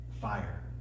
fire